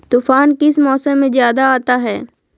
तूफ़ान किस मौसम में ज्यादा आता है?